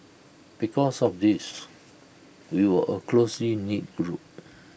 because of this we were A closely knit group